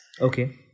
Okay